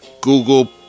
Google